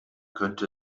könnte